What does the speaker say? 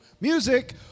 Music